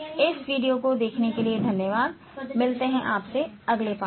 इस वीडियो को देखने के लिए धन्यवाद मिलते हैं आपसे अगले पाठ में